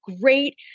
great